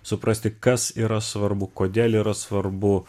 suprasti kas yra svarbu kodėl yra svarbu